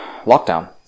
lockdown